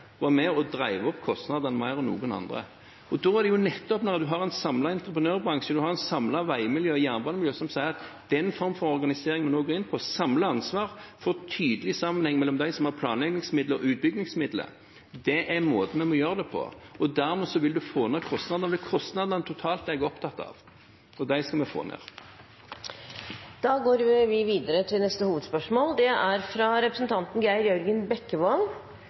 var med på å drive opp kostnadene mer enn noen andre. Nettopp når en har en samlet entreprenørbransje, et samlet veimiljø og et samlet jernbanemiljø som sier at den formen for organisering som vi nå går inn for, med å samle ansvar og få tydelig sammenheng mellom dem som har planleggingsmidler og dem som har utbyggingsmidler, er det måten vi må gjøre det på. Dermed vil en få ned kostnadene. Det er de totale kostnadene jeg er opptatt av, og dem skal vi få ned. Vi går videre til neste hovedspørsmål.